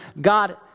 God